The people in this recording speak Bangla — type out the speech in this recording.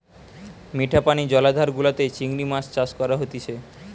মিঠা পানি জলাধার গুলাতে চিংড়ি মাছ চাষ করা হতিছে